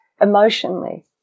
emotionally